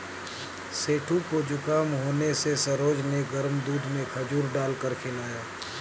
सेठू को जुखाम होने से सरोज ने गर्म दूध में खजूर डालकर पिलाया